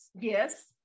yes